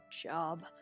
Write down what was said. job